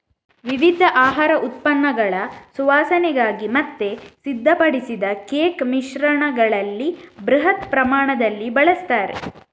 ವಿವಿಧ ಆಹಾರ ಉತ್ಪನ್ನಗಳ ಸುವಾಸನೆಗಾಗಿ ಮತ್ತೆ ಸಿದ್ಧಪಡಿಸಿದ ಕೇಕ್ ಮಿಶ್ರಣಗಳಲ್ಲಿ ಬೃಹತ್ ಪ್ರಮಾಣದಲ್ಲಿ ಬಳಸ್ತಾರೆ